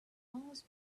pause